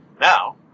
Now